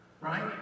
right